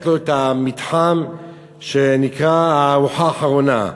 לו את המתחם שנקרא "הארוחה האחרונה".